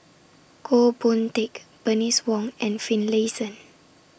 Goh Boon Teck Bernice Wong and Finlayson